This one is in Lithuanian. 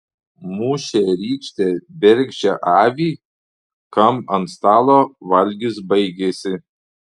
mušė rykšte bergždžią avį kam ant stalo valgis baigėsi